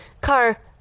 car